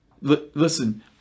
listen